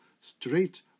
straight